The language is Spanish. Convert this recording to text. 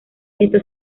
esto